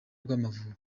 rw’amavubi